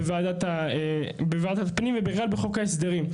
בוועדת פנים ובכלל בחוק ההסדרים.